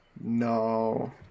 No